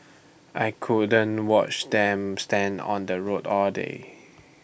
I couldn't watch them stand on the road all day